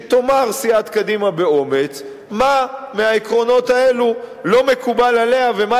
שתאמר סיעת קדימה באומץ מה מהעקרונות האלה לא מקובל עליה ומה